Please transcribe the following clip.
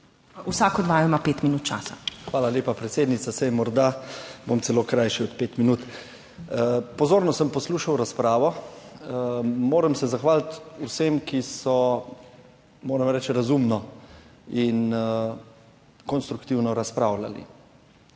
JANEZ CIGLER KRALJ (PS NSi): Hvala lepa, predsednica. Saj morda bom celo krajši od petih minut. Pozorno sem poslušal razpravo. Moram se zahvaliti vsem, ki so, moram reči, razumno in konstruktivno razpravljali.